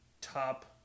top